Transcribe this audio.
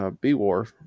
B-War